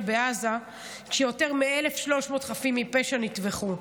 בעזה כשיותר מ-1,300 חפים מפשע נטבחו.